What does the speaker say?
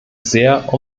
sehr